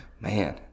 man